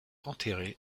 enterré